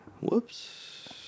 Whoops